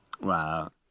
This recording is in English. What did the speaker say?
Wow